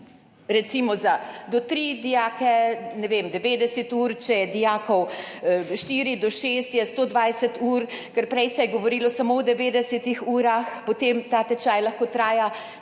recimo za do tri dijake, ne vem, 90 ur, če je dijakov štiri do šest, je 120 ur, ker prej se je govorilo samo o 90 urah, potem ta tečaj lahko traja,